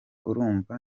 urumva